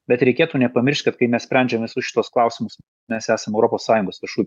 bet reikėtų nepamiršt kad kai mes sprendžiam visus šituos klausimus mes esam europos sąjungos viešųjų